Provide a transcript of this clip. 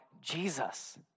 Jesus